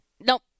Nope